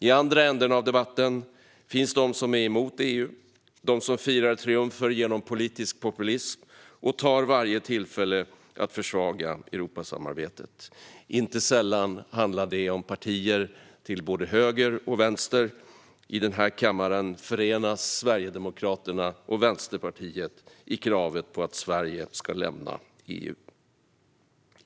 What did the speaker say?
I andra änden av debatten finns de som är emot EU och firar triumfer genom politisk populism och tar varje tillfälle att försvaga Europasamarbetet. Inte sällan handlar det om partier till både höger och vänster. I den här kammaren förenas Sverigedemokraterna och Vänsterpartiet i kravet på att Sverige ska lämna EU.